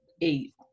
eight